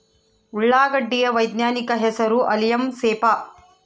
ಉಳ್ಳಾಗಡ್ಡಿ ಯ ವೈಜ್ಞಾನಿಕ ಹೆಸರು ಅಲಿಯಂ ಸೆಪಾ